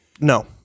No